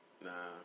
Nah